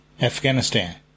Afghanistan